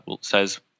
says